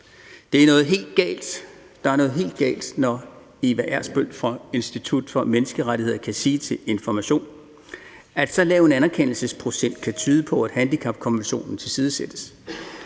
Der er noget helt galt, når Eva Ersbøll fra Institut for Menneskerettigheder kan sige til Information, at så lav en anerkendelsesprocent kan tyde på, at handicapkonventionen tilsidesættes.